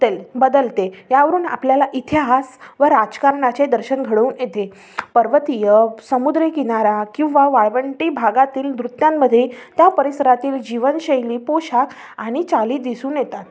तेल बदलते यावरून आपल्याला इतिहास व राजकारणाचे दर्शन घडवून येते पर्वतीय समुद्रकिनारा किंवा वाळवंटी भागातील नृत्यांमध्ये त्या परिसरातील जीवनशैली पोषाख आणि चाली दिसून येतात